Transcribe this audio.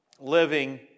living